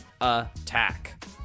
Attack